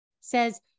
says